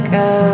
go